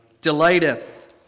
delighteth